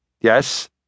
Yes